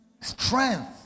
strength